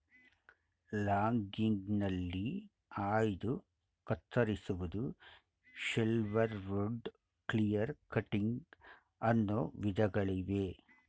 ಲಾಗಿಂಗ್ಗ್ನಲ್ಲಿ ಆಯ್ದು ಕತ್ತರಿಸುವುದು, shelterwood, clear cutting ಅನ್ನೋ ವಿಧಗಳಿವೆ